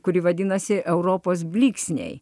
kuri vadinasi europos blyksniai